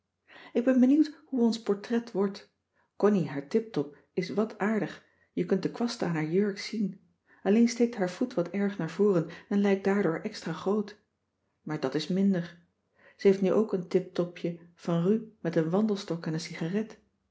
ik ben benieuwd hoe ons portret wordt connie haar tip top is wat aardig je kunt de kwasten aan haar jurk zien alleen steekt haar voet wat erg naar voren en lijkt daardoor extra groot maar dat is minder ze heeft nu ook een tip topje van ru met een wandelstok en een cigaret